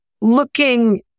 looking